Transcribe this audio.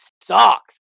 sucks